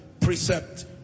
Precept